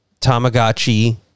Tamagotchi